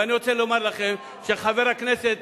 ואני רוצה לומר לכם שחבר הכנסת